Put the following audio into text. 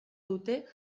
dute